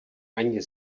ani